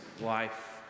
life